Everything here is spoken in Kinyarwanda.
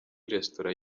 restaurant